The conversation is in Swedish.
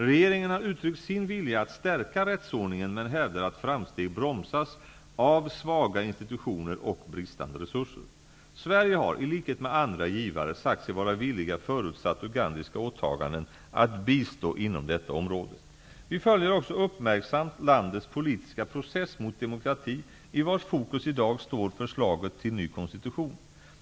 Regeringen har uttryckt sin vilja att stärka rättsordningen men hävdar att framsteg bromsas av svaga institutioner och bristande resurser. Sverige har, i likhet med andra givare, sagt sig vara villiga, förutsatt ugandiska åtaganden, att bistå inom detta område. Vi följer också uppmärksamt landets politiska process mot demokrati i vars fokus i dag står förslaget till ny konstitution.